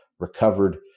Recovered